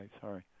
sorry